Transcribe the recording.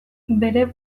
bere